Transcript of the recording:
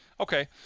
Okay